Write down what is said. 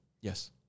Yes